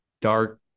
dark